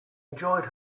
enjoyed